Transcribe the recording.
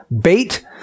bait